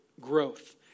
growth